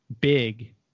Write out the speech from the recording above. big